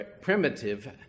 primitive